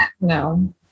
No